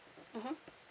mmhmm